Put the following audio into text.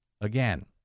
Again